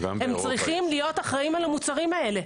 הם צריכים להיות אחראיים על המוצרים האלה.